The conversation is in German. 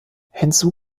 hinzu